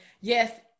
Yes